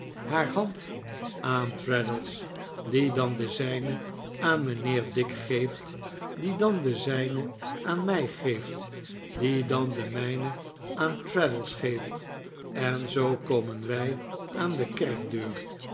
haar hand aan traddles die dan de zijne aan mijnheer dick geeft die dan de zijne aan mij geeft die dan de mijne aan traddles geef en zoo komen wij aan de kerkdeur